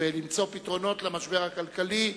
ולמצוא פתרונות למשבר הכלכלי,